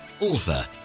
author